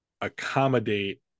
accommodate